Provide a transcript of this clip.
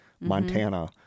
Montana